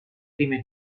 prime